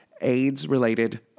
AIDS-related